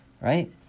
right